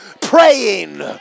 praying